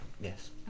Yes